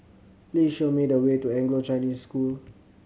please show me the way to Anglo Chinese School